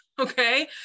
Okay